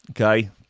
Okay